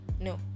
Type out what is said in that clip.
no